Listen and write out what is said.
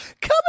Come